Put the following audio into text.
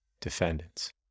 defendants